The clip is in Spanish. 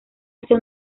hacia